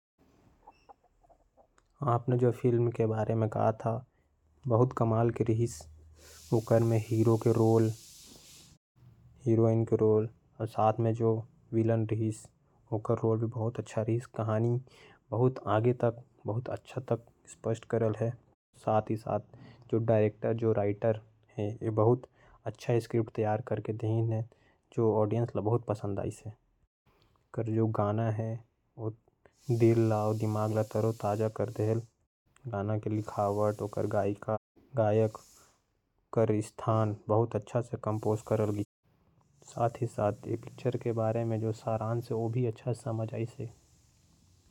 अपने जो फिल्म के बारे में कहा था वो बहुत कमाल के रहीस। ओकर में जो हीरो हीरोइन के रोल है वो भी बहुत बढ़िया रहीस। फिल्म बहुत अच्छा से स्पष्ट रूप से समझल गए है। और गाना हर भी दिल और दिमाग के संतुष्ट करे वाला है। डायरेक्टर और लेखक बहुत बढ़िया काम करीन हैं।